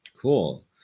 Cool